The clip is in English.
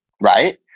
Right